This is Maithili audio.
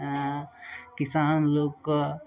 किसान लोकके